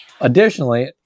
additionally